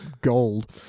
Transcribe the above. gold